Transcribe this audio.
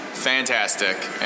fantastic